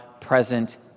present